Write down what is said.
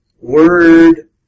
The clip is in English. word